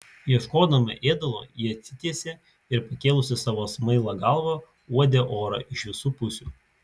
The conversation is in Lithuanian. ieškodama ėdalo ji atsitiesė ir pakėlusi savo smailą galvą uodė orą iš visų pusių